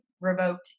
revoked